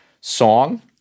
song